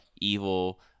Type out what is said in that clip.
evil